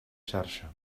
xarxa